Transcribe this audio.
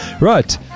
Right